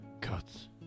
Cuts